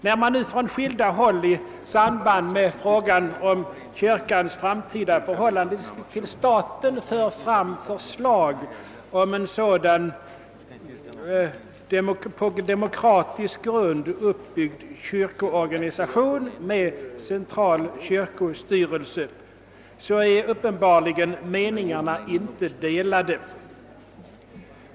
När man nu från skilda håll i samband med frågan om kyrkans framtida förhållande till staten för fram förslag om en sådan på demokratisk grund uppbyggd kyrkoorganisation med central kyrkostyrelse, är meningarna uppenbarligen inte delade.